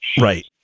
Right